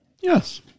Yes